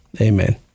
Amen